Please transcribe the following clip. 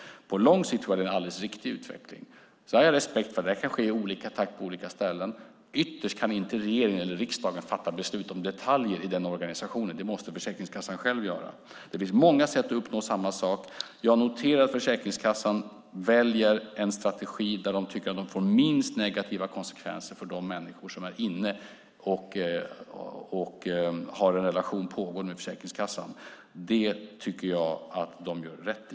På lång sikt är det en alldeles riktig utveckling. Sedan har jag respekt för att detta kan ske i olika takt på olika ställen, men ytterst kan inte regeringen eller riksdagen fatta beslut om detaljer i organisationen. Det måste Försäkringskassan själv göra. Det finns många sätt att uppnå samma sak. Jag noterar att Försäkringskassan väljer den strategi som de tycker får minst negativa konsekvenser för de människor som är inne i och har en pågående relation med Försäkringskassan. Det tycker jag att de gör rätt i.